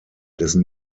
dessen